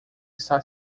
está